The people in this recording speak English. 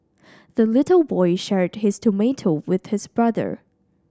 the little boy shared his tomato with his brother